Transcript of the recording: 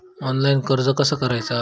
Online कर्ज कसा करायचा?